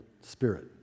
spirit